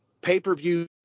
pay-per-view